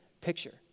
picture